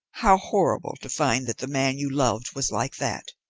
how horrible to find that the man you loved was like that.